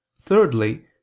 Thirdly